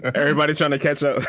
everybody, janet ketso